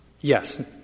Yes